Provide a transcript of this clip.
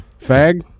Fag